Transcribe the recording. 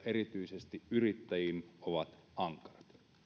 erityisesti yrittäjiin ovat ankarat